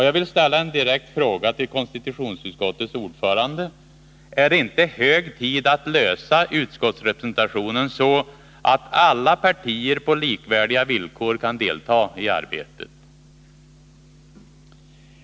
Jag vill ställa en direkt fråga till konstitutionsutskottets ordförande: Är det inte hög tid att lösa frågan om utskottsrepresentationen så att alla partier på likvärdiga villkor kan delta i arbetet?